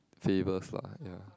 favors lah ya